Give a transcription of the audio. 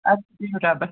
اَدٕ سا بِہِو رۅبَس